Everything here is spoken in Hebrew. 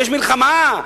יש מלחמה?